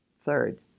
Third